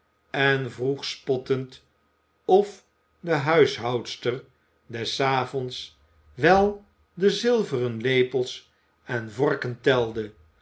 en vroeg spottend of de huishoudster des avonds wel de zilveren lepels en vorken telde